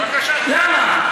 למה?